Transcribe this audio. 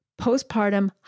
postpartum